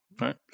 right